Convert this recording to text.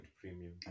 premium